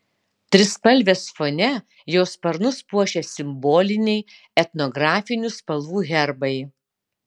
trispalvės fone jo sparnus puošia simboliniai etnografinių spalvų herbai